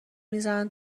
میزنن